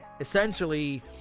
Essentially